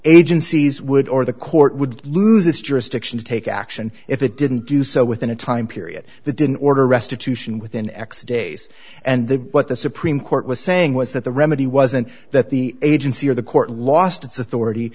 agency's would or the court would lose its jurisdiction to take action if it didn't do so within a time period that didn't order restitution within x days and the what the supreme court was saying was that the remedy wasn't that the agency or the court lost